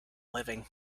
living